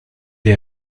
est